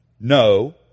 no